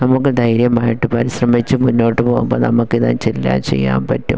നമുക്ക് ധൈര്യമായിട്ട് പരിശ്രമിച്ച് മുന്നോട്ട് പോകുമ്പോൾ നമുക്കിത് വച്ച് എല്ലാം ചെയ്യാൻ പറ്റും